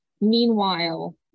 Meanwhile